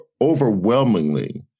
overwhelmingly